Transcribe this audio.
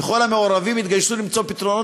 כל המעורבים התגייסו למצוא פתרונות